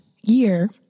year